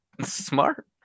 Smart